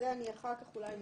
שאולי אחר כך אעיר מולכם,